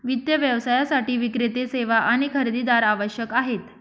वित्त व्यवसायासाठी विक्रेते, सेवा आणि खरेदीदार आवश्यक आहेत